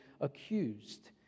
accused